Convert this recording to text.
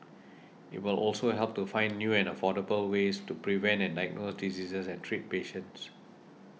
it will also help to find new and affordable ways to prevent and diagnose diseases and treat patients